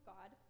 God